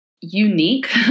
unique